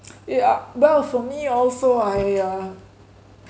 yeah that was for me also I uh